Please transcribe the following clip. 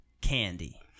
candy